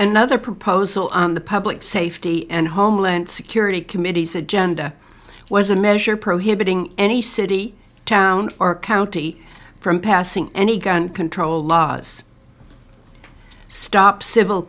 another proposal the public safety and homeland security committees agenda was a measure prohibiting any city town or county from passing any gun control laws stop civil